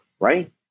right